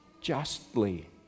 justly